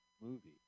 movie